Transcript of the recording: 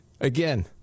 Again